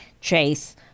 Chase